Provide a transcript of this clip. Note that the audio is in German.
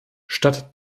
statt